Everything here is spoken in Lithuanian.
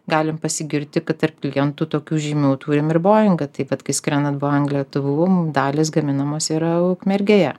galim pasigirti kad tarp klientų tokių žymių turim ir boengą tai vat kai skrendant boeng lėktuvu dalys gaminamos yra ukmergėje